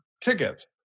tickets